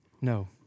no